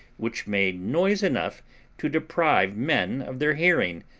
which made noise enough to deprive men of their hearing,